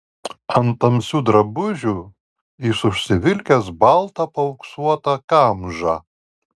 ant tamsių drabužių jis užsivilkęs baltą paauksuotą kamžą